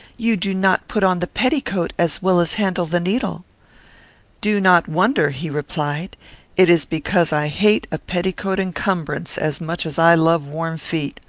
you do not put on the petticoat as well as handle the needle do not wonder he replied it is because i hate a petticoat encumbrance as much as i love warm feet.